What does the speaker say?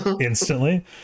instantly